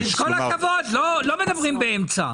עם כל הכבוד, לא מדברים באמצע.